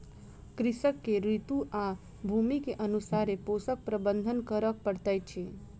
कृषक के ऋतू आ भूमि के अनुसारे पोषक प्रबंधन करअ पड़ैत अछि